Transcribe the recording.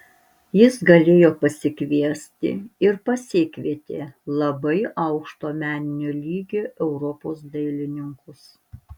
jis galėjo pasikviesti ir pasikvietė labai aukšto meninio lygio europos dailininkus